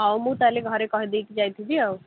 ହେଉ ମୁଁ ତା'ହେଲେ ଘରେ କହିଦେଇକି ଯାଇଥିବି ଆଉ